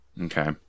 Okay